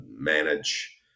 manage